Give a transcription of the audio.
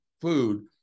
food